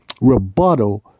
rebuttal